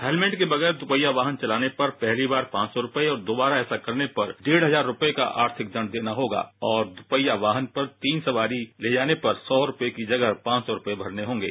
helmet के बगैर दोपहिया वाहन चलाने पर पहली बार पांच सौ रुपये और दोबारा ऐसा करने पर डेढ़ हजार रुपये का आर्थिक दंड देना होगा और दुपहिया वाहन पर तीन सवारी ले जाने पर सौ रुपये की जगह पांच सौ रुपये भरने होंगे